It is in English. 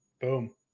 Boom